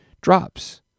drops